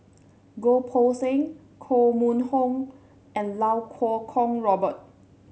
Goh Poh Seng Koh Mun Hong and Iau Kuo Kwong Robert